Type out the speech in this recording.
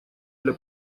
для